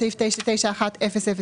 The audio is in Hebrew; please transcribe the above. בסעיף 991000,